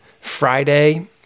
Friday